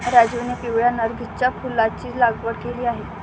राजीवने पिवळ्या नर्गिसच्या फुलाची लागवड केली आहे